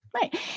Right